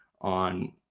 on